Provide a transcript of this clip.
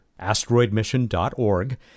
asteroidmission.org